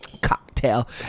cocktail